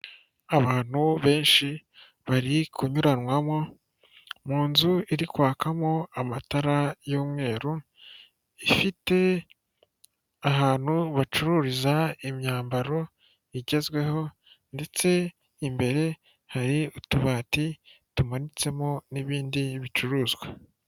Abantu benshi bari kunyuranwamo, mu nzu iri kwakamo amatara y'umweru, ifite ahantu bacururiza imyambaro igezweho ndetse imbere hari utubati tumanitsemo n'ibindi bicuruzwa.